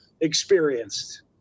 experienced